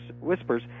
whispers